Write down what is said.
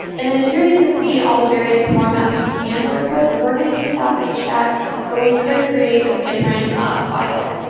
and then here, you can see all the various formats we can work with. we're going to use ah sashdat. but we could create a different file.